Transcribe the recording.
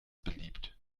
beliebt